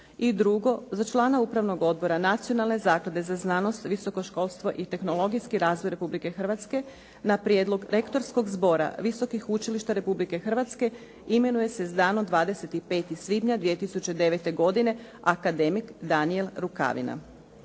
I drugo, za članove Upravnog odbora Nacionalne zaklade za znanost, visoko školstvo i tehnologijski razvoj Republike Hrvatske na prijedlog rektorskog zbora visokih učilišta Republike Hrvatske imenuje se s danom 25. svibnja 2009. godine akademik Danijel Rukavina.